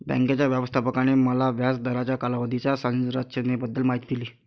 बँकेच्या व्यवस्थापकाने मला व्याज दराच्या कालावधीच्या संरचनेबद्दल माहिती दिली